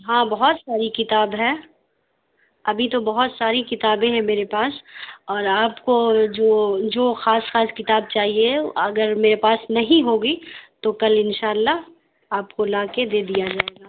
ہاں بہت ساری کتاب ہے ابھی تو بہت ساری کتابیں ہیں میرے پاس اور آپ کو جو جو خاص خاص کتاب چاہیے اگر میرے پاس نہیں ہوگی تو کل انشاء اللہ آپ کو لاکے دے دیا جائے گا